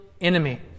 enemy